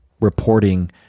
reporting